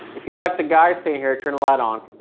if you like the guys stayin' here, turn the light on.